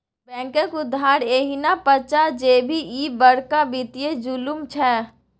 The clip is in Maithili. बैंकक उधार एहिना पचा जेभी, ई बड़का वित्तीय जुलुम छै